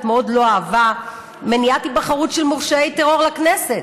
מאוד לא אהבה: מניעת היבחרות של מורשעי טרור לכנסת.